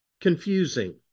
confusing